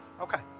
Okay